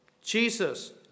Jesus